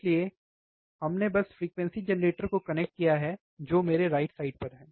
इसलिए हमने बस फ्रीक्वेंसी जेनरेटर को कनेक्ट किया है जो मेरे राइट साइड पर यहां है